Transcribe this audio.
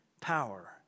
power